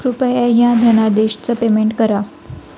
कृपया ह्या धनादेशच पेमेंट करा